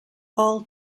all